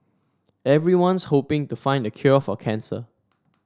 everyone's hoping to find the cure for cancer